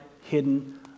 hidden